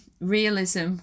realism